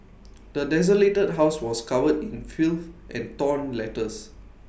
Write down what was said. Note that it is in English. the desolated house was covered in filth and torn letters